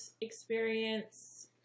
experience